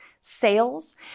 sales